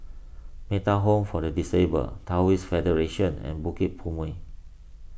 Metta Home for the Disabled Taoist Federation and Bukit Purmei